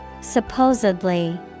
Supposedly